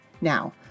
Now